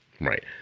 right